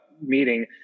meeting